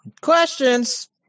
questions